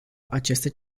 aceste